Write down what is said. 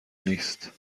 نیست